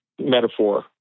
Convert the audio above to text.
metaphor